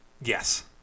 yes